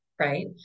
right